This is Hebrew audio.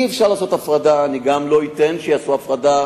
אי-אפשר לעשות הפרדה וגם לא אתן שיעשו הפרדה